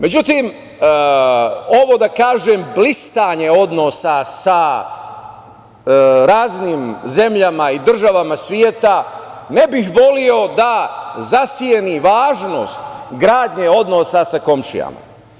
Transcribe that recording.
Međutim, ovo, da kažem, blistanje odnosa sa raznim zemljama i državama sveta ne bih voleo da zaseni važnost gradnje odnosa sa komšijama.